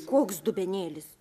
koks dubenėlis